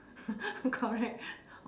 correct